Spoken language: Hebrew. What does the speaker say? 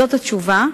זאת התשובה,